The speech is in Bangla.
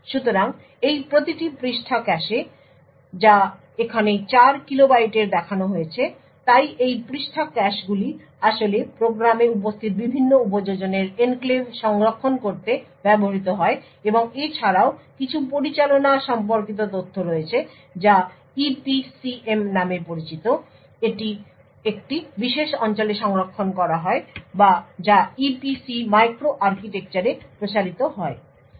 সুতরাং এই প্রতিটি পৃষ্ঠা ক্যাশে যা এখানে 4 কিলো বাইটের দেখানো হয়েছে তাই এই পৃষ্ঠার ক্যাশেগুলি আসলে প্রোগ্রামে উপস্থিত বিভিন্ন উপযোজনের এনক্লেভ সংরক্ষণ করতে ব্যবহৃত হয় এবং এছাড়াও কিছু পরিচালনা সম্পর্কিত তথ্য রয়েছে যা EPCM নামে পরিচিত একটি বিশেষ অঞ্চলে সংরক্ষণ করা হয় বা যা EPC মাইক্রো আর্কিটেকচারে প্রসারিত হয়